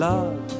Love